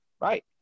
right